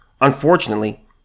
Unfortunately